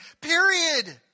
Period